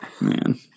Man